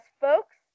folks